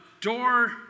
door